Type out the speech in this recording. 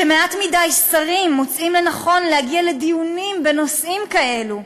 שמעט מדי שרים מוצאים לנכון להגיע לדיונים בנושאים כאלה,